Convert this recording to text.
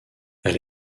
elle